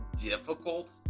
difficult